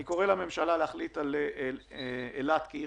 אני קורא לממשלה להחליט על אילת כעיר